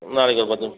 நாளைக்கு பார்த்து